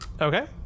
Okay